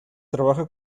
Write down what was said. trabaja